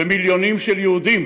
ומיליונים של יהודים,